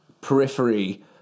Periphery